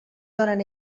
donen